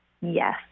Yes